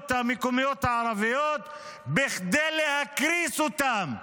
המקומיות הערביות בכדי להקריס אותן ביודעין,